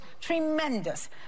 tremendous